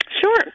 Sure